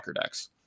decks